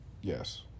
yes